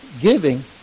Giving